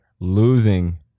losing